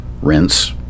Rinse